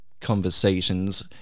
conversations